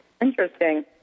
Interesting